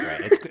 Right